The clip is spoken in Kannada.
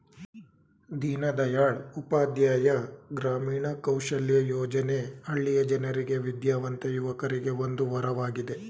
ದೀನದಯಾಳ್ ಉಪಾಧ್ಯಾಯ ಗ್ರಾಮೀಣ ಕೌಶಲ್ಯ ಯೋಜನೆ ಹಳ್ಳಿಯ ಜನರಿಗೆ ವಿದ್ಯಾವಂತ ಯುವಕರಿಗೆ ಒಂದು ವರವಾಗಿದೆ